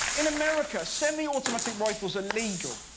in america, semi-automatic rifles are legal,